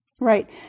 Right